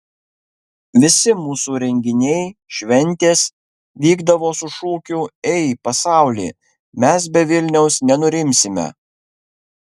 visi mūsų renginiai šventės vykdavo su šūkiu ei pasauli mes be vilniaus nenurimsime